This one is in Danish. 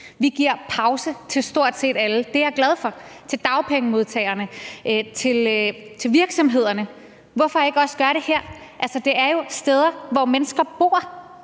til stort set alle. Det er jeg glad for. Det er til dagpengemodtagerne og virksomhederne, men hvorfor ikke også gøre det her? Det er jo steder, hvor mennesker bor.